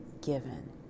given